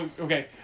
okay